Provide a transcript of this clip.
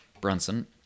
Brunson